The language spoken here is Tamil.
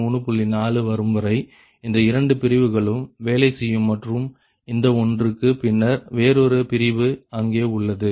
4 க்கு வரும்வரை இந்த இரண்டு பிரிவுகளும் வேலை செய்யும் மற்றும் இந்த ஒன்றுக்கு பின்னர் வேறொரு பிரிவு அங்கே உள்ளது